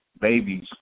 babies